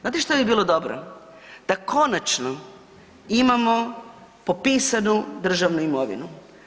Znate šta bi bilo dobro, da konačno imamo popisanu državnu imovinu.